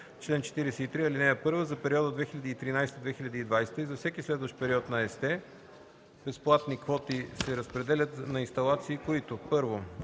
чл. 43: „Чл. 43. (1) За периода 2013-2020 г. и за всеки следващ период на ЕСТЕ безплатни квоти се разпределят на инсталации, които: